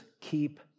keep